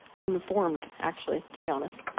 unformed actually, to be honest.